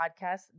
podcast